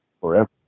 forever